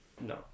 no